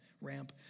ramp